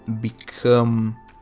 become